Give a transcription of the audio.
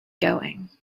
going